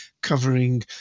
covering